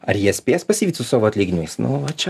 ar jie spės pasivyt su savo atlyginimais nu va čia